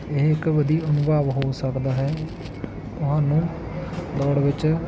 ਇਹ ਇੱਕ ਵਧੀਆ ਅਨੁਭਵ ਹੋ ਸਕਦਾ ਹੈ ਤੁਹਾਨੂੰ ਦੋੜ ਵਿੱਚ